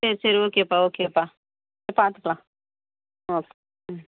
சரி சரி ஓகேப்பா ஓகேப்பா பார்த்துக்குலாம் ஆ ஓகே ம்